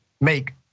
make